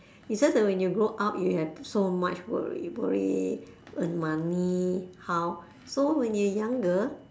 it's just that when you grow up you have so much worry worry earn money how so when you're younger